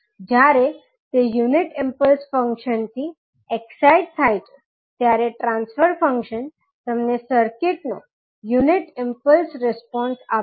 જ્યારે તે unit impulse function થી એક્સાઇટ થાય છે ત્યારે ટ્રાન્સફર ફંક્શન તમને સર્કિટનો યુનિટ ઈમ્પલ્સ રિસ્પોન્સ આપશે